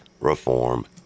Reform